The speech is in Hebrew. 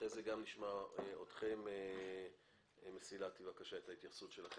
לאחר מכן נשמע את ההתייחסות של מסילתי.